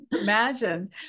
Imagine